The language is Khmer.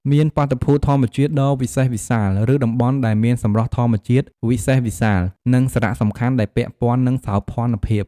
មានបាតុភូតធម្មជាតិដ៏វិសេសវិសាល ឬតំបន់ដែលមានសម្រស់ធម្មជាតិវិសេសវិសាល និងសារៈសំខាន់ដែលពាក់ព័ន្ធនឹងសោភណភាព។